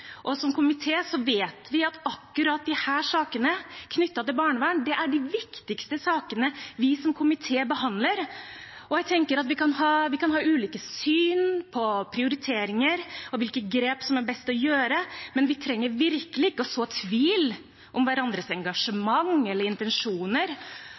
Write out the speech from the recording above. og som komité vet vi at akkurat disse sakene knyttet til barnevern er de viktigste sakene vi som komité behandler. Jeg tenker også at vi kan ha ulike syn på prioriteringer og hvilke grep som er best å ta, men vi trenger virkelig ikke å så tvil om hverandres